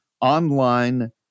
online